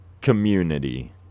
community